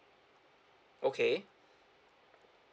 okay